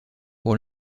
pour